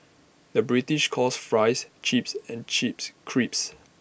the British calls Fries Chips and Chips Crisps